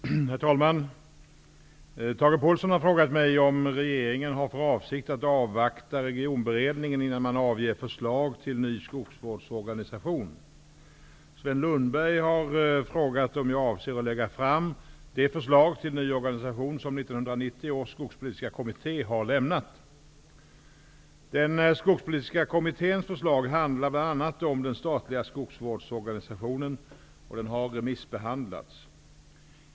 Herr talman! Tage Påhlsson har frågat mig om regeringen har för avsikt att avvakta Regionberedningen innan man avger förslag till ny skogsvårdsorganisation. Sven Lundberg har frågat om jag avser att lägga fram det förslag till ny organisation som 1990 års Skogspolitiska kommitté har lämnat. Den Skogspolitiska kommitténs förslag handlar bl.a. om den statliga skogsvårdsorganisationen och har remissbehandlats.